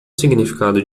significado